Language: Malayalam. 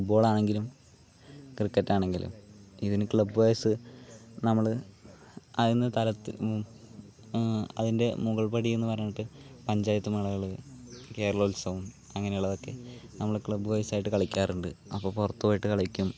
ഫുട്ബോളാണെങ്കിലും ക്രിക്കറ്റാണെങ്കിലും ഇതിന് ക്ലബ്ബ് വൈസ് നമ്മൾ അതിൻ്റെ തലത്തിൽ അതിൻ്റെ മുകൾ പടിന്ന് പറഞ്ഞിട്ട് പഞ്ചായത്ത് മേളകൾ കേരളോത്സവം അങ്ങനെയുള്ളതൊക്കെ നമ്മൾ ക്ലബ്ബ് വൈസായിട്ട് കളിക്കാറുണ്ട് അപ്പോൾ പുറത്ത് പോയിട്ട് കളിക്കും